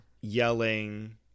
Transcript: yelling